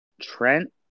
Trent